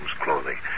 clothing